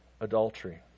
adultery